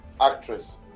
actress